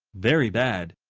very bad.